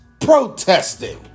protesting